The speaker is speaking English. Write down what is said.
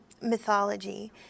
mythology